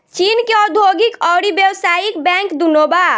चीन के औधोगिक अउरी व्यावसायिक बैंक दुनो बा